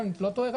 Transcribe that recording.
אני לא טועה?